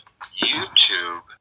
YouTube